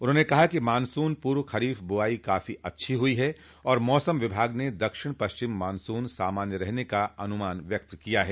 उन्होंने कहा कि मॉनसून पूर्व खरीफ बुवाई काफी अच्छी हुई है और मौसम विभाग ने दक्षिण पश्चिम मॉनसून सामान्य रहने का अनुमान व्यक्त किया है